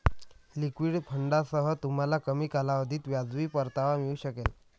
liquid फंडांसह, तुम्हाला कमी कालावधीत वाजवी परतावा मिळू शकेल